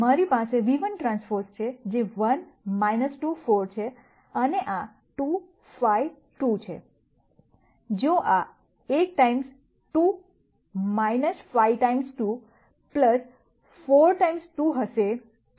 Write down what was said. મારી પાસે v1Tછે જે 1 2 4 છે અને આ 2 5 2 છે જો આ એક ટાઈમ્સ 2 5 ટાઈમ્સ 2 4 ગુણ્યા 2 હશે તો તમે 0 પર જોશો